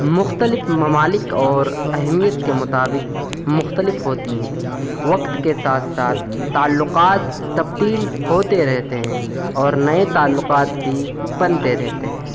مختلف ممالک اور اہمیت کے مطابق مختلف ہوتی ہیں وقت کے ساتھ ساتھ تعلقات تبدیل ہوتے رہتے ہیں اور نئے تعلّقات بھی بنتے رہتے ہیں